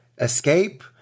escape